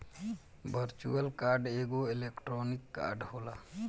virtual card एगो electronic card होला